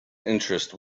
interest